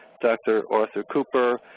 dr. arthur cooper,